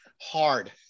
hard